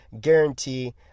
guarantee